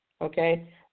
okay